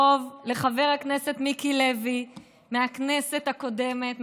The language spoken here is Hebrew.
לחבר הכנסת מיקי לוי מהכנסת הקודמת,